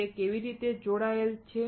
તે કેવી રીતે જોડાયેલ છે